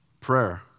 Prayer